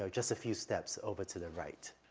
so just a few steps over to the right,